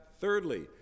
thirdly